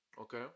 okay